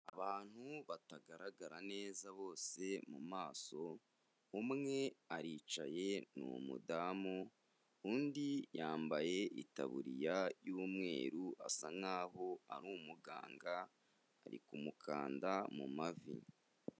Abantu batagaragara neza bose mu maso umwe aricaye ni umudamu, undi yambaye itaburiya y'umweru asa nkaho ari umuganga ari kumukanda mu mavi.